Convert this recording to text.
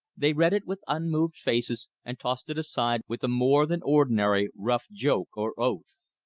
they read it with unmoved faces, and tossed it aside with a more than ordinarily rough joke or oath.